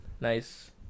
nice